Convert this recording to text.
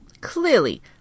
Clearly